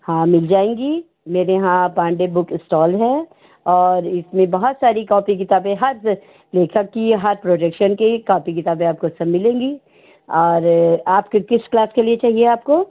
हाँ मिल जाएगी मेरे यहाँ पांडे बुक स्टॉल है और इसमें बहुत सारी कॉपी किताबें हर लेखक कि यहाँ प्रोटेक्शन की कापी किताबें आपको सब मिलेगी और आपको किस क्लास के लिए चाहिए आपको